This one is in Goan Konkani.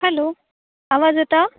हॅलो आवाज येता